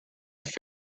feet